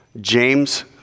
James